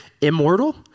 Immortal